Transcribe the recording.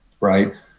right